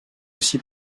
aussi